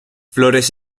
flores